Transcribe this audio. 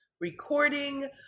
recording